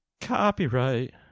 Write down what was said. copyright